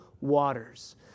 waters